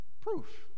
Proof